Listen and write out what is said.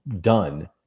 done